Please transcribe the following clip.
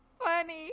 Funny